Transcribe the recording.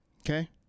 okay